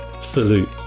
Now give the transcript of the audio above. salute